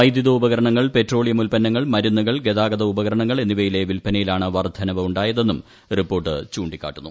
വൈദ്യുതോപകരണങ്ങൾ petroleum ഉൽപ്പന്നങ്ങൾ മരുന്നുകൾ ഗതാഗത ഉപകരണങ്ങൾ എന്നിവയിലെ വിൽപ്പനയിലാണ് വർദ്ധനവ് ഉണ്ടായതെന്നും റിപ്പോർട്ട് ചൂണ്ടിക്കാട്ടുന്നു